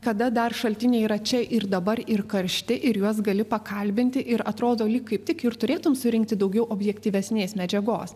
kada dar šaltiniai yra čia ir dabar ir karšti ir juos gali pakalbinti ir atrodo lyg kaip tik ir turėtum surinkti daugiau objektyvesnės medžiagos